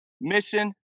mission